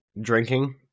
drinking